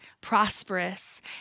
prosperous